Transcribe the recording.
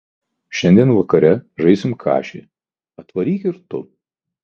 šiandien vakare žaisim kašį atvaryk ir tu